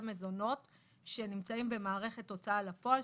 מזונות שנמצאים במערכת הוצאה לפועל,